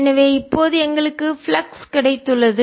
எனவே இப்போது எங்களுக்கு ஃப்ளக்ஸ் கிடைத்துள்ளது